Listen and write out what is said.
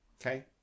Okay